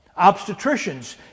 Obstetricians